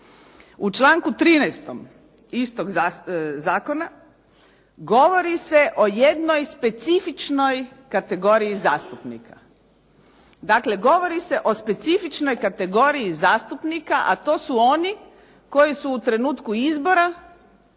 U članku 13. istog zakona govori se o jednoj specifičnoj kategoriji zastupnika. Dakle, govori se o specifičnoj kategoriji zastupnika, a to su oni koji su u trenutku izbora